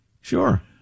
Sure